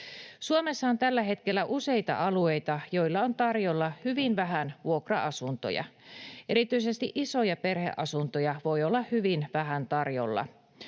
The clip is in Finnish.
Suomessa on tällä hetkellä useita alueita, joilla on tarjolla hyvin vähän vuokra-asuntoja. Erityisesti isoja perheasuntoja voi olla hyvin vähän tarjolla.